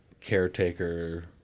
caretaker